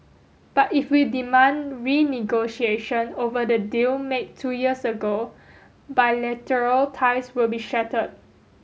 but if we demand renegotiation over the deal made two years ago bilateral ties will be shattered